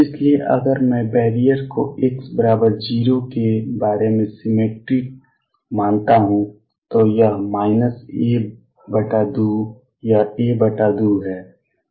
इसलिए अगर मैं बैरियर को x0 के बारे में सिमेट्रिक मानता हूं तो यह a2 यह a2 है